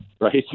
right